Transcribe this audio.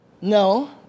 no